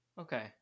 Okay